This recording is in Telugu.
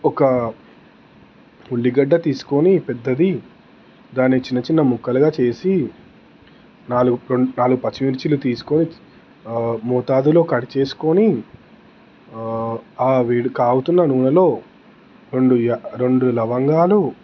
ఒక ఉల్లిగడ్డ తీసుకొని పెద్దది దాన్ని చిన్న చిన్న ముక్కలుగా చేసి నాలుగు రెండు నాలుగు పచ్చిమిర్చీలు తీసుకొని మోతాదులో కట్ చేసుకొని వేడి కాగుతున్న నూనెలో రెండు యా రెండు లవంగాలు